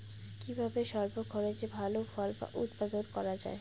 কিভাবে স্বল্প খরচে ভালো ফল উৎপাদন করা যায়?